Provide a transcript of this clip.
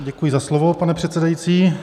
Děkuji za slovo, pane předsedající.